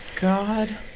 god